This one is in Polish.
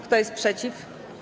Kto jest przeciw?